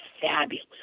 fabulous